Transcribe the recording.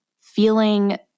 feeling